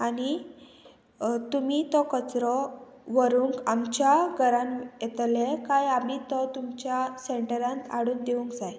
आनी तुमी तो कचरो व्हरूंक आमच्या घरान येतले काय आमी तो तुमच्या सेंटरान हाडून दिवंक जाय